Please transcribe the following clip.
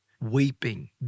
weeping